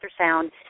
ultrasound